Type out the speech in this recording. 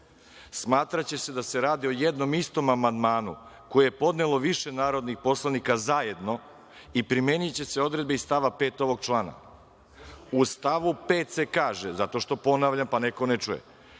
smatraće se da se radi o jednom istom amandmanu koji je podnelo više narodnih poslanika zajedno i primeniće se odredbe iz stava 5. ovog člana.U stavu 5. se kaže – ako je jedan amandman zajedno